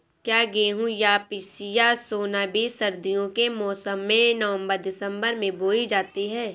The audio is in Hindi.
क्या गेहूँ या पिसिया सोना बीज सर्दियों के मौसम में नवम्बर दिसम्बर में बोई जाती है?